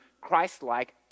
Christ-like